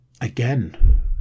again